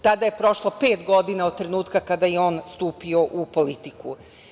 Tada je prošlo pet godina od trenutka kada je on stupio u politiku.